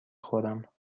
خورم